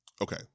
Okay